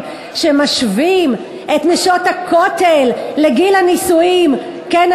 שמשווים את "נשות הכותל" לגיל הנישואין כן,